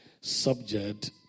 subject